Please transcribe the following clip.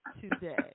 today